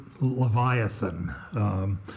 leviathan